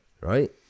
Right